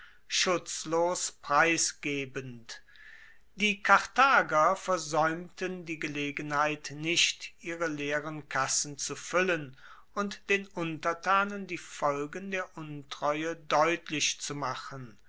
schutzlos preisgebend die karthager versaeumten die gelegenheit nicht ihre leeren kassen zu fuellen und den untertanen die folgen der untreue deutlich zu machen